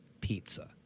pizza